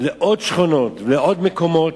לעוד שכונות ולעוד מקומות,